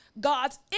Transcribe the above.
God's